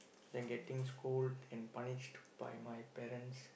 then getting scold and punished by my parents